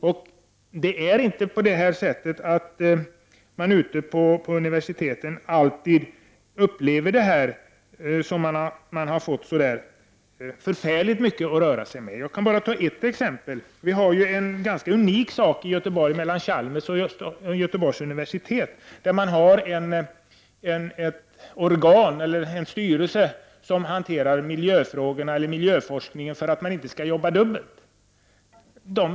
Ute på universiteten upplever man inte alltid detta som att man har fått så förfärligt mycket att röra sig med. Jag kan bara ta upp ett exempel. Det finns en ganska unik verksamhet i Göteborg som bedrivs i regi av Chalmers och Göteborgs universitet. Där har man en styrelse som hanterar miljöforskningen för att man inte skall arbeta dubbelt.